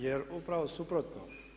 Jer upravo suprotno.